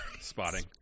Spotting